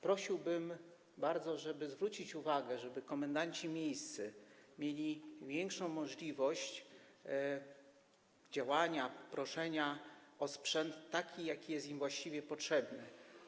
Prosiłbym bardzo, żeby zwrócić uwagę na to, żeby komendanci miejscy mieli większą możliwość działania, proszenia o sprzęt taki, jaki jest im właściwie potrzebny.